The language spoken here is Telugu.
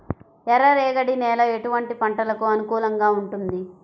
ఎర్ర రేగడి నేల ఎటువంటి పంటలకు అనుకూలంగా ఉంటుంది?